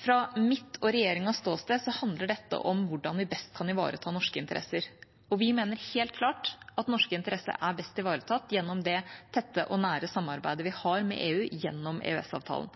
fra mitt og regjeringas ståsted handler dette om hvordan vi best kan ivareta norske interesser. Vi mener helt klart at norske interesser er best ivaretatt gjennom det tette og nære samarbeidet vi har med EU gjennom